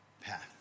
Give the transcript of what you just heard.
path